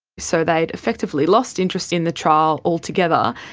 so they'd effectively lost interest in the trial altogether,